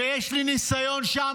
ויש לי ניסיון שם,